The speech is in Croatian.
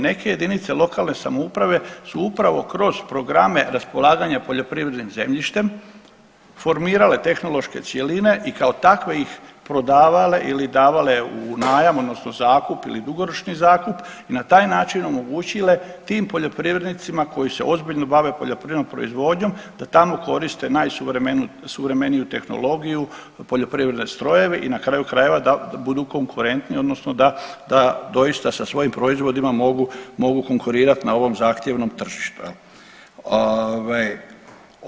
Neke JLS su upravo kroz programe raspolaganja poljoprivrednim zemljištem formirale tehnološke cjeline i kao takve ih prodavale ili davale u najam odnosno zakup ili dugoročni zakup i na taj način omogućile tim poljoprivrednicima koji se ozbiljno bave poljoprivrednom proizvodnjom da tamo koriste najsuvremeniju tehnologiju, poljoprivredne strojeve i na kraju krajeva da budu konkurentni odnosno da, da doista sa svojim proizvodima mogu, mogu konkurirat na ovom zahtjevnom tržištu jel.